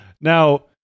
Now